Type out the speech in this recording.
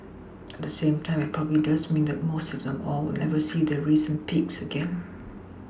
at the same time it probably does mean that most if not all will never see their recent peaks again